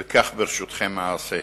וכך, ברשותכם, אעשה.